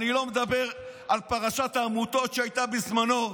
אני לא מדבר על פרשת העמותות שהייתה בזמנו,